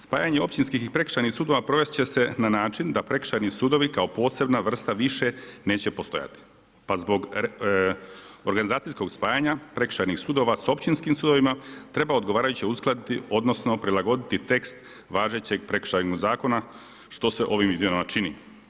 Spajanje općinskih i prekršajnih sudova provest će se na način da prekršajni sudovi kao posebna vrsta više neće postojati pa zbog organizacijskog spajanja prekršajnih sudova s općinskim sudovima treba odgovarajuće uskladiti, odnosno prilagoditi tekst važećeg prekršajnog zakona što se ovim izmjenama čini.